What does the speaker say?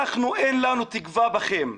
אנחנו אין לנו תקווה בכם,